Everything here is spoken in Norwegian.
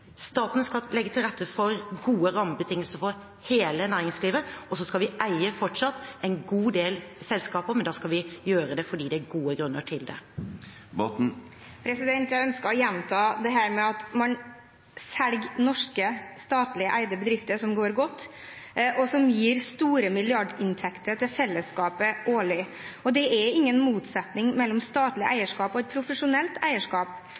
Staten skal legge til rette for gode rammebetingelser for hele næringslivet, og vi skal fortsatt eie en god del selskaper, men da skal vi gjøre det fordi det er gode grunner til det. Jeg ønsker å gjenta at man selger norske statlig eide bedrifter som går godt, og som gir store milliardinntekter til fellesskapet årlig. Det er ingen motsetning mellom statlig eierskap og et profesjonelt eierskap,